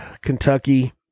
Kentucky